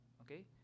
Okay